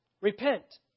Repent